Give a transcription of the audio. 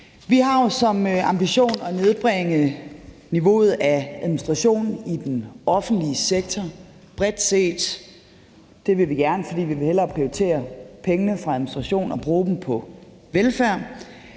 Vi har jo som ambition at nedbringe niveauet af administration i den offentlige sektor bredt set. Det vil vi gerne, fordi vi hellere vil prioritere pengene fra administration og bruge dem på velfærd.